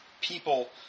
people